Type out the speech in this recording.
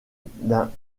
d’un